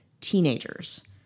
teenagers